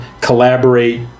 collaborate